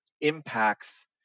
impacts